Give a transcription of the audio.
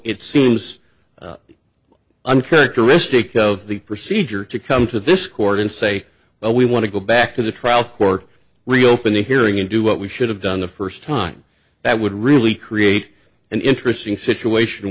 it seems uncut touristic of the procedure to come to this court and say well we want to go back to the trial court reopen the hearing and do what we should have done the first time that would really create an interesting situation